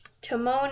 Timon